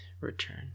return